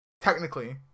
technically